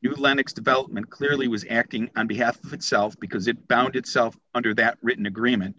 you linux development clearly was acting on behalf of itself because it bound itself under that written agreement